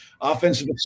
offensive